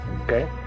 okay